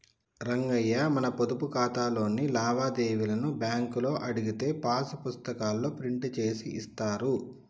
రంగయ్య మన పొదుపు ఖాతాలోని లావాదేవీలను బ్యాంకులో అడిగితే పాస్ పుస్తకాల్లో ప్రింట్ చేసి ఇస్తారు